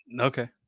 Okay